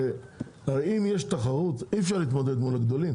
אם יש תחרות אז אי-אפשר להתמודד מול הגדולים